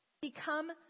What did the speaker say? become